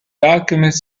alchemists